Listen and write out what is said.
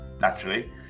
naturally